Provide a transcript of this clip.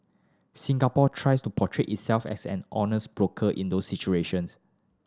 Singapore tries to portray itself as an honest broker in those situations